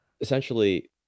essentially